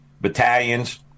battalions